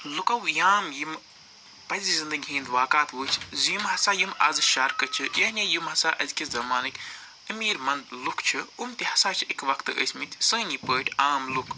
لُکو یام یِم پَزِ زندگی ہِنٛدۍ واقعات وٕچھِ زِ یِم ہَسا یِم آزٕ شارکہٕ چھِ یعنی یِم ہَسا أزۍکِس زمانٕکۍ أمیٖر منٛد لُکھ چھِ یِم تہِ ہَسا چھِ اِکہٕ وقتہٕ ٲسۍمٕتۍ سٲنی پٲٹھی عام لُکھ